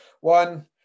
one